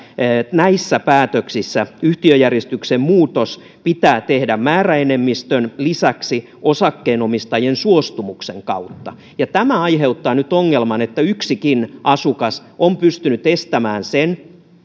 näissä päätöksissä yhtiöjärjestyksen muutos pitää tehdä määräenemmistön lisäksi osakkeenomistajien suostumuksen kautta ja tämä aiheuttaa nyt ongelman että yksikin asukas on pystynyt estämään sen